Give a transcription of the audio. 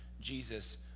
Jesus